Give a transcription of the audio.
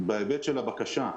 בהיבט של הבקשה,